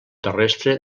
terrestre